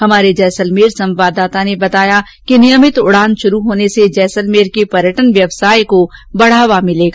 हमारे जैसलमेर संवाददाता ने बताया कि नियमित उड़ान शुरू होने से जैसलमेर के पर्यटन व्यवसाय को बढ़ावा मिलेगा